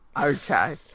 Okay